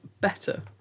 better